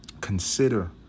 consider